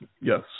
Yes